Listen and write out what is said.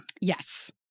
Yes